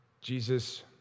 Jesus